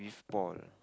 ball